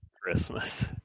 Christmas